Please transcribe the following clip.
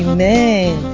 Amen